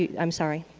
i'm sorry,